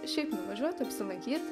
šiaip nuvažiuot apsilankyt